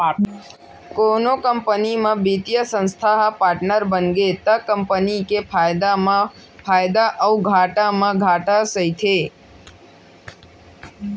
कोनो कंपनी म बित्तीय संस्था ह पाटनर बनगे त कंपनी के फायदा म फायदा अउ घाटा म घाटा सहिथे